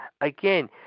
Again